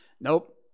Nope